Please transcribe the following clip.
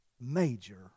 major